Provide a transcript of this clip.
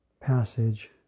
passage